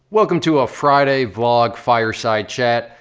welcome to a friday vlog, fireside chat.